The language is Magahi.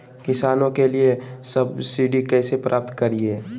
किसानों के लिए सब्सिडी कैसे प्राप्त करिये?